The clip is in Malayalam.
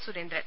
സുരേന്ദ്രൻ